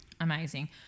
Amazing